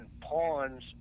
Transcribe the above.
pawns